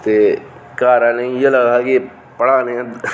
ते घर आह्लें गी इ'यै लगदा हा कि पढ़ै दे न